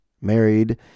married